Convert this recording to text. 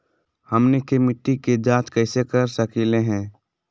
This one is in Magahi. हमनी के मिट्टी के जाँच कैसे कर सकीले है?